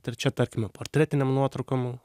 trečia tarkime portretinėm nuotraukom